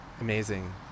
amazing